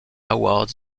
award